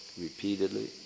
repeatedly